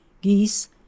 geese